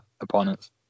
opponents